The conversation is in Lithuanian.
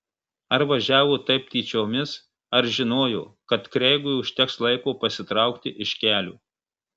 ar važiavo taip tyčiomis ar žinojo kad kreigui užteks laiko pasitraukti iš kelio